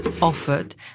offered